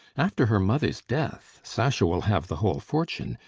after her mother's death sasha will have the whole fortune,